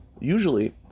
Usually